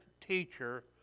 teacher